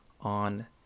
on